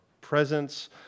presence